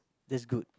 that's good